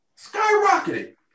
skyrocketed